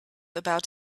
about